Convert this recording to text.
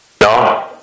no